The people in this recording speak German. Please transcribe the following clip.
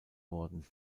worden